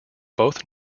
both